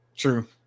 true